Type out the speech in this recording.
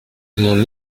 mon